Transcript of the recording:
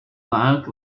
look